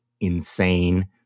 insane